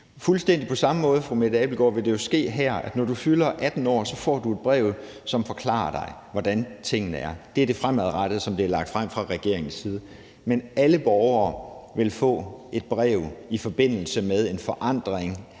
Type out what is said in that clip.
fuldstændig samme måde vil det jo ske her, altså at når du fylder 18 år, får du et brev, som forklarer dig, hvordan tingene hænger sammen. Det er det fremadrettede i det, der er lagt frem fra regeringens side. Alle borgere vil få et brev i forbindelse med en ændring